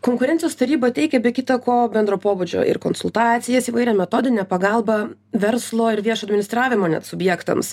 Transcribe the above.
konkurencijos taryba teikia be kita ko bendro pobūdžio ir konsultacijas įvairią metodinę pagalbą verslo ir viešo administravimo net subjektams